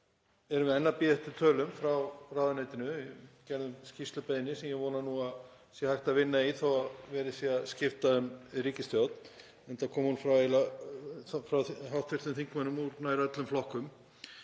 þá erum við enn að bíða eftir tölum frá ráðuneytinu, við gerðum skýrslubeiðni sem ég vona að sé hægt að vinna í þó að verið sé að skipta um ríkisstjórn enda kom hún frá hv. þingmönnum úr nær öllum flokkum.